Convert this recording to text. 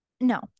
no